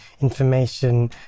information